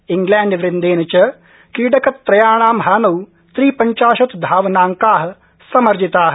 England वृन्देन च क्रीडकट्रयाणां हानौ त्रिपंचाशत् धावनांका समर्जिता